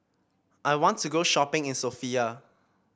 I want to go shopping in Sofia